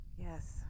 Yes